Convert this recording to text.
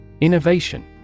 Innovation